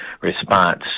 response